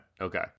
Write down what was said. Okay